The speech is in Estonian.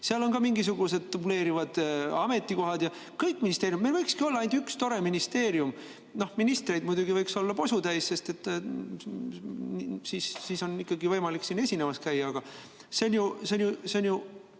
Seal on ka mingisugused dubleerivad ametikohad. Ja kõik ministeeriumid, meil võikski olla ainult üks tore ministeerium. Ministreid muidugi võiks olla posutäis, sest siis on ikkagi võimalik siin esinemas käia. Aga see on ju